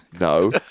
No